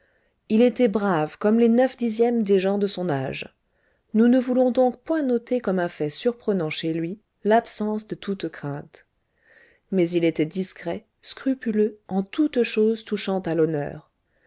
il était brave comme les neuf dixièmes des jeunes gens de son âge nous ne voulons donc point noter comme un fait surprenant chez lui l'absence de toute crainte mais il était discret scrupuleux en toutes choses touchant à l'honneur